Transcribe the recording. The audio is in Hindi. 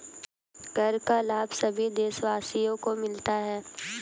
कर का लाभ सभी देशवासियों को मिलता है